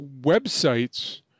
websites